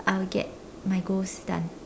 I will get my goals done